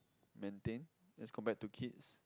maintain as compared to kids